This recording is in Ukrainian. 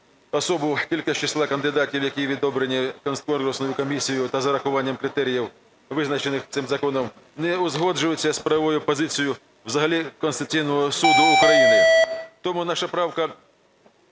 особу тільки з числа кандидатів, які відібрані конкурсною комісією, та із врахуванням критеріїв, визначених цим законом, не узгоджується з правовою позицією взагалі Конституційного Суду України. Тому наша правка